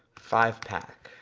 five-pack.